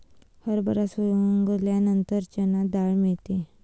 हरभरा सोलल्यानंतर चणा डाळ मिळते